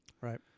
Right